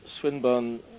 Swinburne